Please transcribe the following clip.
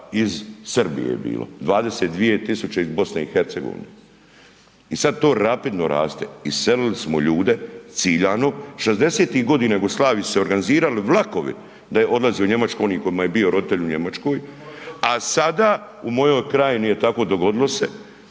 iz Srbije je bilo, 22000 iz BiH i sad to rapidno raste, iselili smo ljude ciljano, '60.-tih godina u Jugoslaviji su se organizirali vlakovi da odlaze u Njemačku oni kojima je bio roditelj u Njemačkoj, a sada u mojoj krajini je tako dogodilo se,